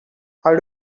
how